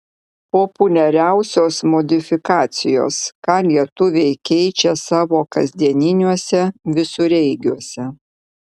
populiariausios modifikacijos ką lietuviai keičia savo kasdieniniuose visureigiuose